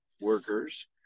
workers